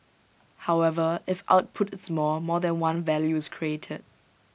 however if output is more more than one value is created